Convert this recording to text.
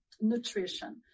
nutrition